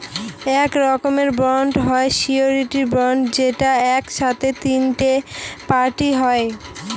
এক রকমের বন্ড হয় সিওরীটি বন্ড যেখানে এক সাথে তিনটে পার্টি হয়